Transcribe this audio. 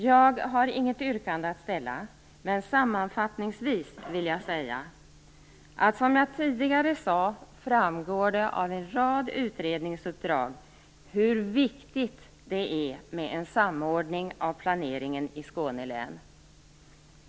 Jag har inget yrkande att ställa, men sammanfattningsvis vill jag säga följande. Som jag tidigare sade framgår det av en rad utredningsuppdrag hur viktigt det är med en samordning av planeringen i Skåne län.